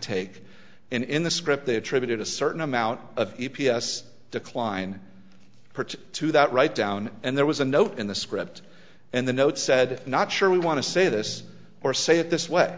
take in the script they attributed a certain amount of e p a s decline party to that right down and there was a note in the script and the note said not sure we want to say this or say it this way